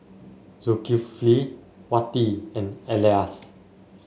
Zulkifli Wati and Elyas